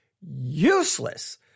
useless